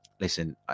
Listen